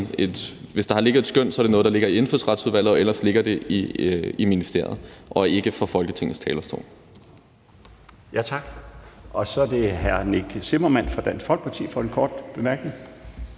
Hvis der har ligget et skøn, er det noget, der ligger i Indfødsretsudvalget, og ellers ligger det i ministeriet og ikke på Folketingets talerstol. Kl. 11:27 Den fg. formand (Bjarne Laustsen): Tak. Så er det hr. Nick Zimmermann fra Dansk Folkeparti for en kort bemærkning.